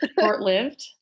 short-lived